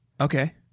Okay